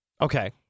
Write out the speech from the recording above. Okay